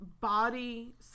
body